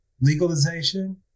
legalization